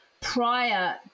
prior